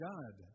God